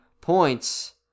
points